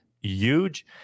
huge